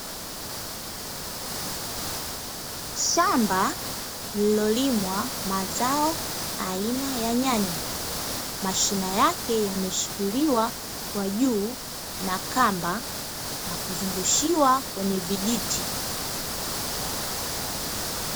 Shamba lililolimwa mazao aina ya nyanya, mashina yake yameshikiliwa kwa juu na kamba na kuzungushiwa kwenye vijiti.